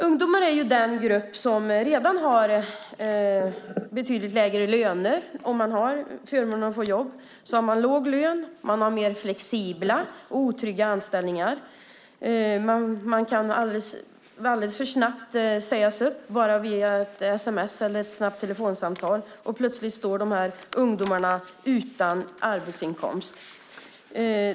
Har man som ungdom förmånen att ha jobb har man lägre lön och mer flexibla och otrygga anställningar. Man kan snabbt sägas upp via ett sms eller ett telefonsamtal och plötsligt stå utan arbetsinkomst.